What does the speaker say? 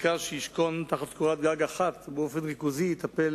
מרכז שישכון תחת קורת-גג אחת ובאופן ריכוזי יטפל